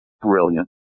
brilliant